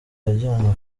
yajyanywe